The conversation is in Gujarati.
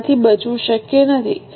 તેમનાથી બચવું શક્ય નથી